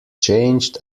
changed